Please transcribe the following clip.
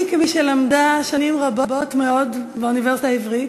כמי שלמדה שנים רבות מאוד באוניברסיטה העברית,